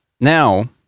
Now